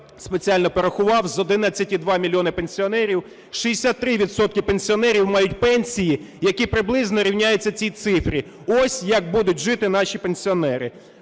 спеціально порахував, з 11,2 мільйона пенсіонерів 63 відсотки пенсіонерів мають пенсії, які приблизно рівняються цій цифрі. Ось як будуть жити наші пенсіонери.